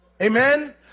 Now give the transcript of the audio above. Amen